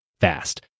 fast